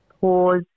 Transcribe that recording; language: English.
pause